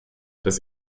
das